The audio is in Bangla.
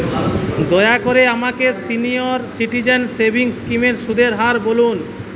দয়া করে আমাকে সিনিয়র সিটিজেন সেভিংস স্কিমের সুদের হার বলুন